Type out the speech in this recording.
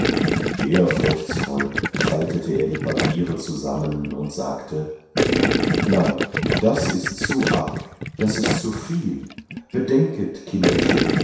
ehrfurchtsvoll faltete er die papiere zusammen und sagte nein das ist zu arg das ist zu viel bedenket kinderchen